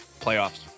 playoffs